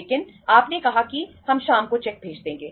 लेकिन आपने कहा कि हम शाम को चेक भेज देंगे